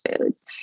foods